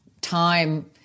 time